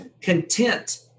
content